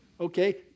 Okay